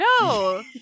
No